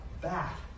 back